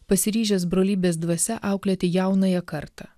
pasiryžęs brolybės dvasia auklėti jaunąją kartą